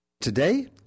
Today